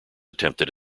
attempted